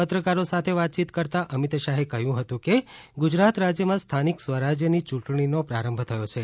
પત્રકારો સાથેવાતયીત કરતા અમીત શાહે કહયું હતું કે ગુજરાત રાજ્યમાં સ્થાનિક સ્વરાજ્યની યુંટણીનો પ્રારંભ થયો છે